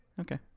Okay